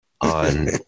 on